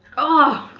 oh